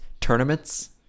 tournaments